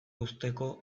uzteko